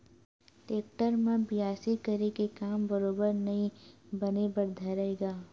tractor म बियासी करे के काम बरोबर नइ बने बर धरय गा